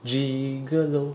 jig-a-low